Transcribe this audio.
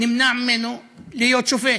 נמנע ממנו להיות שופט.